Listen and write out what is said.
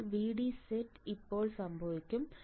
അപ്പോൾ VD set എപ്പോൾ സംഭവിക്കും